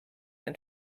ein